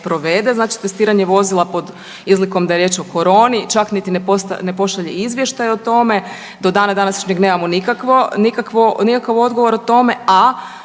znači testiranje vozila pod izlikom da je riječ o koroni. Čak niti ne pošalje izvještaj o tome, do dana današnjeg nemamo nikakav odgovor o tome,